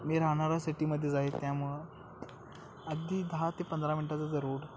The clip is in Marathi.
मी राहणारा सिटीमध्येच आहे त्यामुळं आधी दहा ते पंधरा मिनटाचाच रोड